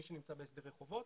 מי שנמצא בהסדרי חובות,